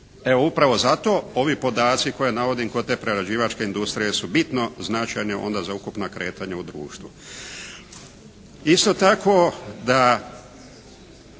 Evo, upravo zato ovi podaci koje navodim kod te prerađivačke industrije su bitno značajni onda za ukupna kretanja u društvu.